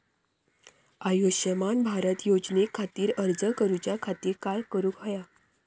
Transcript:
आयुष्यमान भारत योजने खातिर अर्ज करूच्या खातिर काय करुक होया?